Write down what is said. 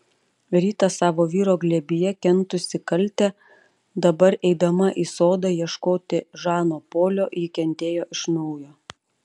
rytą savo vyro glėbyje kentusi kaltę dabar eidama į sodą ieškoti žano polio ji kentėjo iš naujo